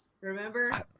Remember